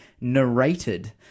narrated